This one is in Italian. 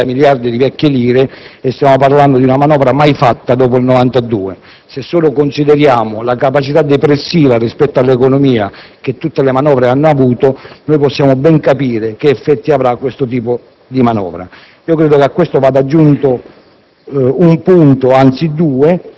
del 1992 è qualcosa di pazzesco e inaccettabile, visto che stiamo parlando di 70.000 miliardi di vecchie lire e di una manovra di dimensioni mai replicate dopo quella data. Se solo consideriamo la capacità depressiva rispetto all'economia che tutte le manovre hanno avuto, possiamo ben capire che effetti avrà questo tipo di manovra.